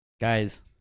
Guys